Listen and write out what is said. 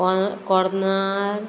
कोर कोर्नाल